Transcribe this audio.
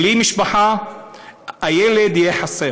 בלי משפחה הילד יהיה חסר.